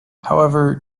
however